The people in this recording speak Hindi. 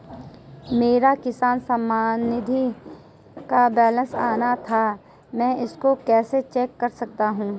मेरा किसान सम्मान निधि का बैलेंस आना था मैं इसको कैसे चेक कर सकता हूँ?